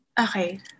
Okay